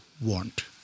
want